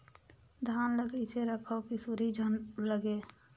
धान ल कइसे रखव कि सुरही झन लगे?